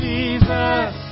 Jesus